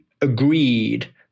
agreed